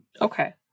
Okay